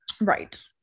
right